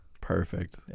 Perfect